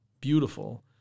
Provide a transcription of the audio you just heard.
beautiful